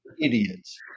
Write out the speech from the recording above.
idiots